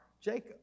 Jacob